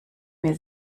mir